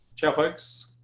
ciao', folks!